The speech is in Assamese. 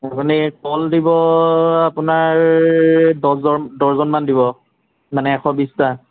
আপুনি কল দিব আপোনাৰ ডজন ডজন মান দিব মানে এশ বিশটা